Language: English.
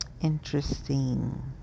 interesting